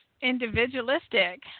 individualistic